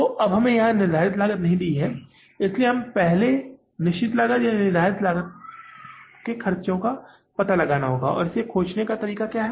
तो अब हमें यहाँ निर्धारित लागत नहीं दी गई है इसलिए हमें पहले निश्चित लागत या निर्धारित खर्चों का पता लगाना होगा और इसे खोजने का तरीका क्या है